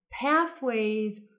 pathways